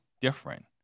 different